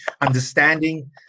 understanding